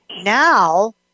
now